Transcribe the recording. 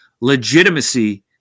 legitimacy